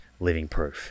livingproof